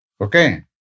okay